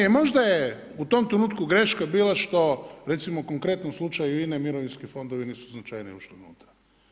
Možda je u tom trenutku greška bila što recimo, konkretno u slučaju INA-e mirovinski fondovi nisu značajnije ušli unutra.